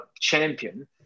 champion